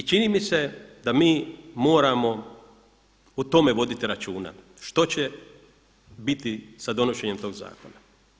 I čini mi se da mi moramo o tome voditi računa, što će biti sa donošenjem tog zakona.